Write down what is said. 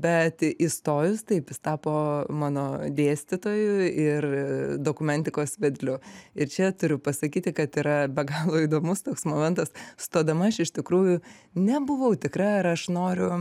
bet įstojus taip jis tapo mano dėstytoju ir dokumentikos vedliu ir čia turiu pasakyti kad yra be galo įdomus toks momentas stodama aš iš tikrųjų nebuvau tikra ar aš noriu